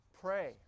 pray